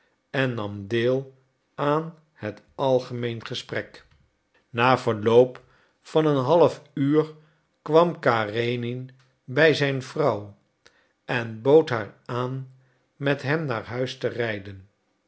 en nam deel aan het algemeen gesprek na verloop van een half uur kwam karenin bij zijn vrouw en bood haar aan met hem naar huis te rijden